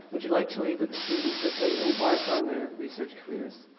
would you like to leave with the students as they embark on their research careers?